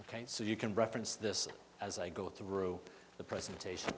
ok so you can reference this as i go through the presentation